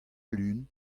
lun